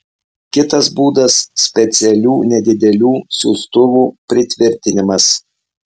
kitas būdas specialių nedidelių siųstuvų pritvirtinimas